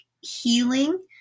healing